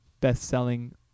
best-selling